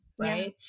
right